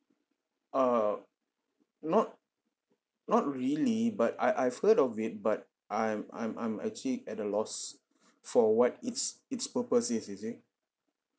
err not not really but I've I've heard of it but I'm I'm I'm actually at a loss for what its its purpose is you see